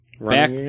back